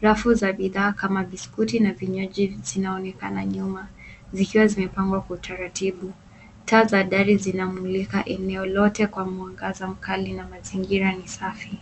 Rafu za bidhaa kama biskuti na vinywaji zinaonekana nyuma, vikiwa zimepangwa kwa utaratibu. Taa za dari zinamulika eneo lote kwa mwangaza mkali na mazingira ni safi.